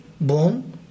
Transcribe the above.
bone